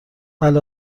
بله